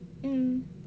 mm